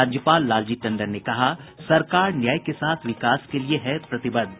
राज्यपाल लालजी टंडन ने कहा सरकार न्याय के साथ विकास के लिए है प्रतिबद्ध